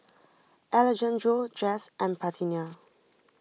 Alejandro Jess and Parthenia